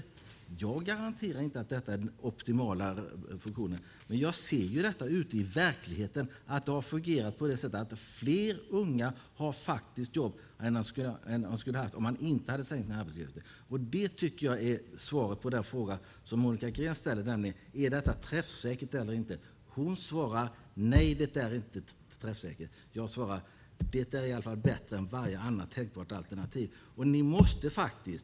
Jag garanterar inte att detta är den optimala funktionen, men jag ser ute i verkligheten att det har fungerat på det sätt att fler unga har jobb än vad som skulle ha varit fallet om man inte hade sänkt arbetsgivaravgiften. Det tycker jag är svaret på den fråga som Monica Green ställer, nämligen om detta är träffsäkert eller inte. Hon svarar: Nej, det är inte träffsäkert. Jag svarar: Det är i alla fall bättre än varje annat tänkbart alternativ.